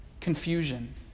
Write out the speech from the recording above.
Confusion